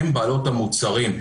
הן בעלות המוצרים,